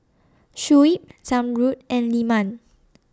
Shuib Zamrud and Leman